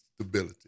stability